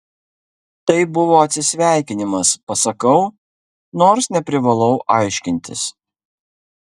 tai buvo atsisveikinimas pasakau nors neprivalau aiškintis